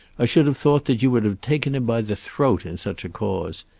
i should have thought that you would have taken him by the throat in such a cause.